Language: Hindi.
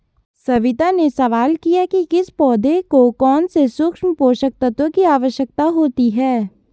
सविता ने सवाल किया कि किस पौधे को कौन से सूक्ष्म पोषक तत्व की आवश्यकता होती है